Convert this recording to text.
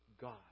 God